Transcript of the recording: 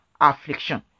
affliction